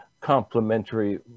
complementary